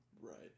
Right